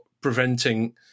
preventing